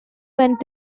went